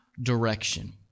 direction